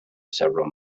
several